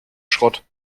schrott